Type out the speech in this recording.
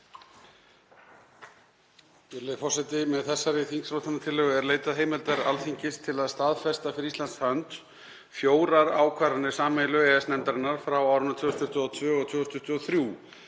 er leitað heimildar Alþingis til að staðfesta fyrir Íslands hönd fjórar ákvarðanir sameiginlegu EES-nefndarinnar frá árunum 2022 og 2023